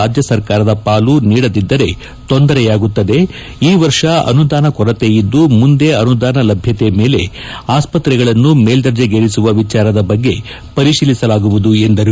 ರಾಜ್ಯ ಸರ್ಕಾರದ ಪಾಲು ನೀಡದಿದ್ದರೆ ತೊಂದರೆಯಾಗುತ್ತದೆ ಈ ವರ್ಷ ಅನುದಾನ ಕೊರತೆ ಇದ್ದು ಮುಂದೆ ಅನುದಾನ ಲಭ್ಯತೆ ಮೇಲೆ ಆಸ್ತತೆಗಳನ್ನು ಮೇಲ್ವರ್ಜೆಗೇರಿಸುವ ವಿಜಾರದ ಬಗ್ಗೆ ಪರಿಶೀಲಿಸಲಾಗುವುದು ಎಂದರು